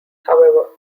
however